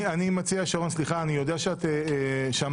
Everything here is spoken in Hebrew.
חשוב